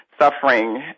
suffering